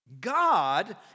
God